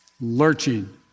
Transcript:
lurching